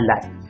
life